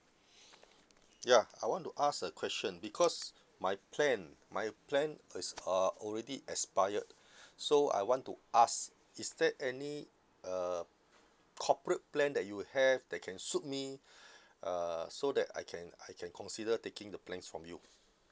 ya I want to ask a question because my plan my plan is uh already expired so I want to ask is there any uh corporate plan that you have that can suit me uh so that I can I can consider taking the plans from you